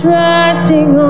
resting